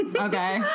Okay